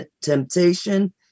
temptation